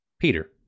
Peter